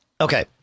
Okay